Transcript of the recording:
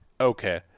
okay